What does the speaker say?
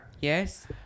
Yes